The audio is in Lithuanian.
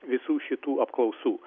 visų šitų apklausų